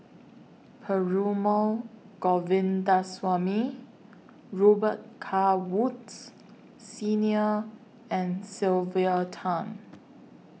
Perumal Govindaswamy Robet Carr Woods Senior and Sylvia Tan